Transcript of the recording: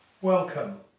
Welcome